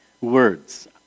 words